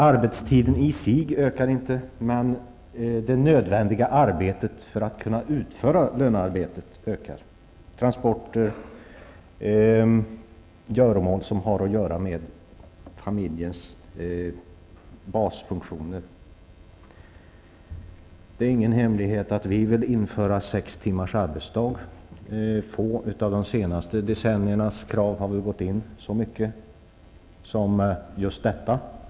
Arbetstiden som sådan ökar inte, men däremot de nödvändiga insatserna för att kunna utföra lönearbetet, dvs. transporter och göromål som har att göra med familjens basfunktioner. Det är ingen hemlighet att vi vill införa sex timmars arbetsdag. Under de senaste decennierna är det få krav som vi har gått in för så mycket som just detta.